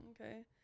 Okay